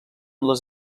les